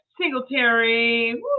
singletary